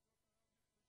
שארצות ערב נחלשו,